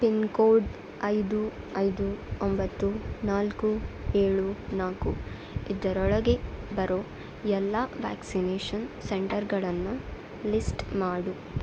pin code ಐದು ಐದು ಒಂಬತ್ತು ನಾಲ್ಕು ಏಳು ನಾಲ್ಕು ಇದರೊಳಗೆ ಬರೋ ಎಲ್ಲ ವ್ಯಾಕ್ಸಿನೇಷನ್ ಸೆಂಟರ್ಗಳನ್ನ ಲಿಸ್ಟ್ ಮಾಡು